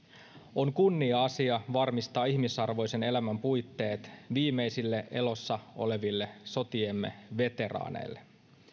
on kunnia asia varmistaa ihmisarvoisen elämän puitteet viimeisille elossa oleville sotiemme veteraaneille